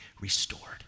restored